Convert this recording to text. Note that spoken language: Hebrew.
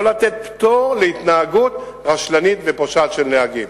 לא לתת פטור להתנהגות רשלנית ופושעת של נהגים.